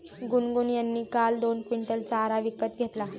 गुनगुन यांनी काल दोन क्विंटल चारा विकत घेतला